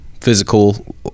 physical